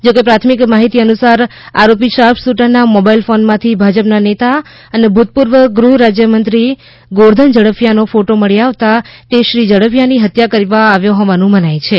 જોકે પ્રાથમિક માહિતી અનુસાર આરોપી શાર્પ શૂટરના મોબાઈલ ફોનમાંથી ભાજપના નેતા અને ભૂતપૂર્વ ગૃહ રાજ્ય મંત્રી ગોરધન ઝડફીયા નો ફોટો મળી આવતા તે શ્રી ઝડફીયાની હત્યા કરવા આવ્યો હોવાનું મનાય છે